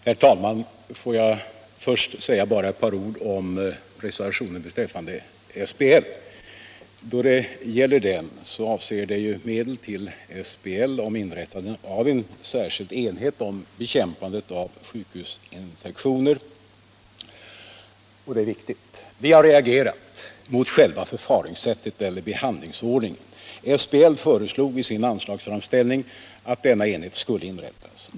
Herr talman! Låt mig först säga några ord om reservationen beträffande SBL. Den avser medel till SBL för inrättande av en särskild enhet för bekämpande av sjukhusinfektioner. Vi har reagerat mot själva behandlingsordningen. SBL föreslog i sin anslagsframställning att denna enhet skulle inrättas.